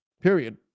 Period